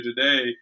today